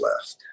left